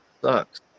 sucks